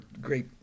great